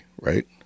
right